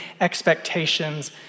expectations